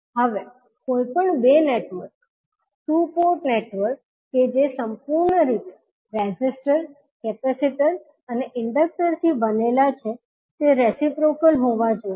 હવે કોઈપણ બે નેટવર્ક ટુ પોર્ટ નેટવર્ક કે જે સંપૂર્ણ રીતે રેઝિસ્ટર કેપેસિટર્સ અને ઈન્ડકટર થી બનેલા છે તે રેસીપ્રોકલ હોવા જોઈએ